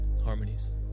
harmonies